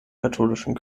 katholischen